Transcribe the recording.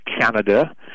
Canada